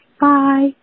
Bye